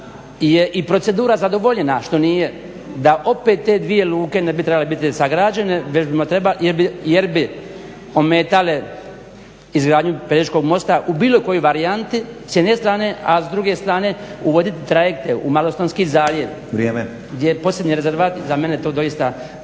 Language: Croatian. da je i procedura zadovoljena, što nije, da opet te dvije luke ne bi trebale biti sagrađene već bismo trebali jer bi ometale izgradnju Pelješkog mosta u bilo kojoj varijanti s jedne strane, a s druge strane uvoditi trajekte u Malostonski zaljev gdje je posebni rezervat za mene je to doista